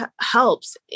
helps